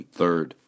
third